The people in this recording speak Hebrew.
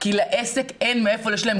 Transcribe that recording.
כי לעסק אין מאיפה לשלם.